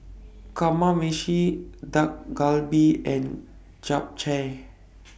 Kamameshi Dak Galbi and Japchae